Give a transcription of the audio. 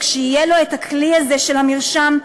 כשיהיה לו הכלי הזה של המרשם,